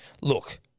look